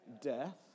Death